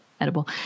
edible